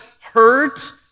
hurt